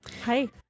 Hi